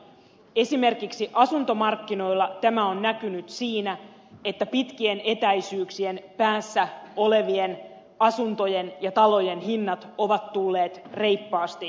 esimerkiksi asuntomarkkinoilla tämä on näkynyt siinä että pitkien etäisyyksien päässä olevien asuntojen ja talojen hinnat ovat tulleet reippaasti alas